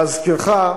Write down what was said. להזכירך,